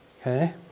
Okay